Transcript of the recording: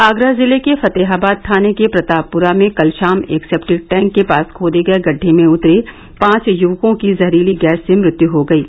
आगरा जिले के फतेहाबाद थाने के प्रतापपुरा में कल शाम एक सेप्टिक टैंक के पास खोदे गये गड्ढ़े में उतरे पांच युवकों की जहरीली गैस से मृत्यु हो गयी